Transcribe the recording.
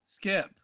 Skip